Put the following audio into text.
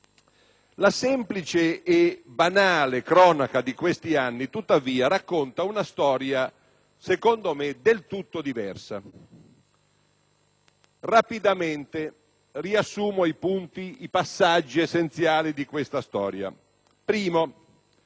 la semplice e banale cronaca di questi anni racconta una storia, secondo me, del tutto diversa. Rapidamente riassumo i passaggi essenziali di questa storia.